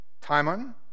Timon